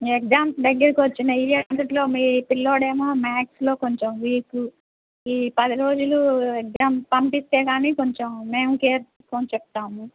exams దగ్గరకొచ్చాయి year అంతట్లో మీ పిల్లాడేమో మ్యాథ్స్లో కొంచెం వీకు ఈ పది రోజులు ఎగ్జామ్ పంపిస్తే కానీ కొంచెం మేం కేర్ తీసుకుని చెప్తాము